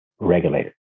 regulator